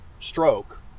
stroke